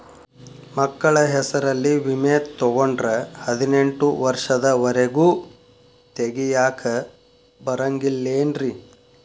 ಮಕ್ಕಳ ಹೆಸರಲ್ಲಿ ವಿಮೆ ತೊಗೊಂಡ್ರ ಹದಿನೆಂಟು ವರ್ಷದ ಒರೆಗೂ ತೆಗಿಯಾಕ ಬರಂಗಿಲ್ಲೇನ್ರಿ?